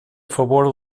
favor